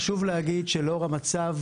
חשוב להגיד שלאור המצב